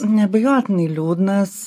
neabejotinai liūdnas